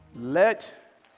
let